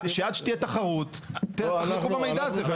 שעד שתהיה תחרות תחלקו במידע הזה.